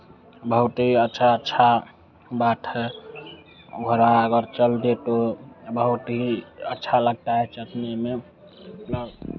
बहुत ही अच्छा अच्छा बात है घोड़ा अगर चल दे तो बहुत ही अच्छा लगता है चढ़ने में मतलब